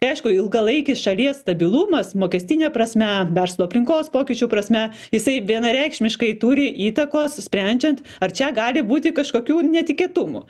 aišku ilgalaikis šalies stabilumas mokestine prasme verslo aplinkos pokyčių prasme jisai vienareikšmiškai turi įtakos sprendžiant ar čia gali būti kažkokių netikėtumų